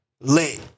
Lit